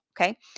okay